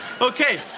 Okay